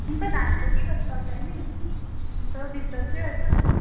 तुमकां दांडेली वचपाक जाय न्हय डिस्टंसूय आसा